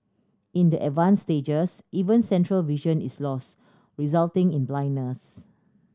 in the advanced stages even central vision is lost resulting in blindness